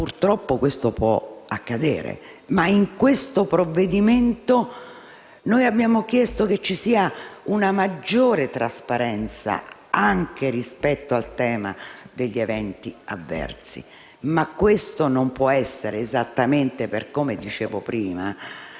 Purtroppo ciò può accadere. In questo provvedimento abbiamo chiesto però che ci sia una maggiore trasparenza anche rispetto al tema degli eventi avversi, ma questo non può essere, esattamente come dicevo prima,